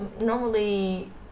normally